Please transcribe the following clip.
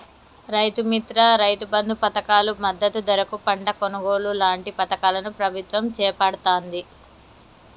రైతు మిత్ర, రైతు బంధు పధకాలు, మద్దతు ధరకు పంట కొనుగోలు లాంటి పధకాలను ప్రభుత్వం చేపడుతాంది